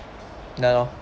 now